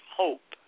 hope